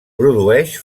produeix